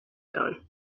done